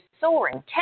soaring